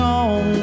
on